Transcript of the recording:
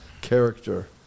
character